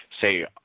say